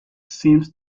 seems